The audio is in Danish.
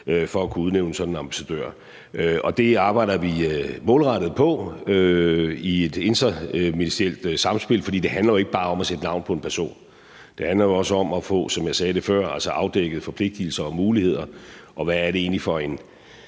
for at kunne udnævne sådan en ambassadør. Det arbejder vi målrettet på i et internt ministerielt samspil. For det handler jo ikke bare om at sætte navn på en person; det handler jo, som jeg sagde før, også om at få afdækket forpligtelser og muligheder, og hvad det egentlig er for en